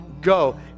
go